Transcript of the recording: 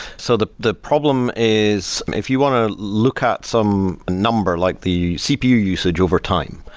so the the problem is if you want to look at some number like the cpu usage over time,